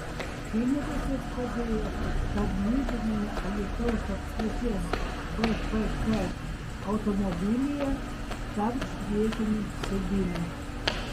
pinigus jis padėjo tarnybiniame alytaus apskrities vpk automobilyje tarp priekinių sėdynių